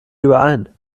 überein